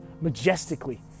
majestically